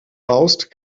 baust